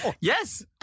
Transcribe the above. Yes